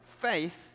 faith